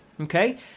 okay